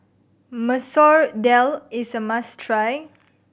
Masoor Dal is a must try